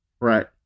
right